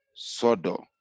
Sodo